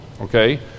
okay